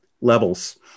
levels